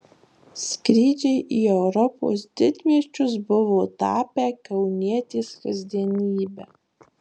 skrydžiai į europos didmiesčius buvo tapę kaunietės kasdienybe